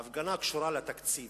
ההפגנה קשורה לתקציב.